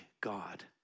God